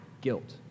guilt